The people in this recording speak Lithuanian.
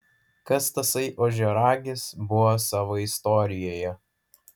kas tasai ožiaragis buvo savo istorijoje